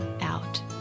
out